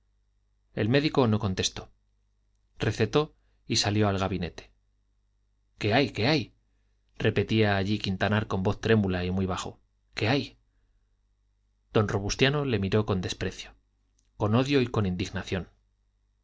el médico no contestó recetó y salió al gabinete qué hay qué hay repetía allí quintanar con voz trémula y muy bajo qué hay don robustiano le miró con desprecio con odio y con indignación